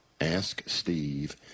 asksteve